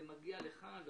זה מגיע לכאן.